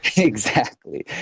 exactly.